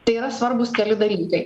tai yra svarbūs keli dalykai